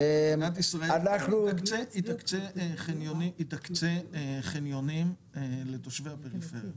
שמדינת ישראל תקצה חניונים לתושבי הפריפריה.